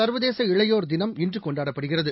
சர்வதேச இளையோர் தினம் இன்றுகொண்டாடப்படுகிறது